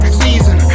season